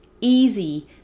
easy